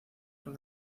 con